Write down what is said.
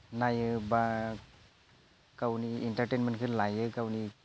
नायो बा गावनि इन्टारटेनमेन्टखो लायो गावनि